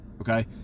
Okay